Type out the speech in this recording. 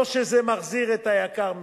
לא שזה מחזיר את היקר מכול.